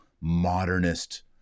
modernist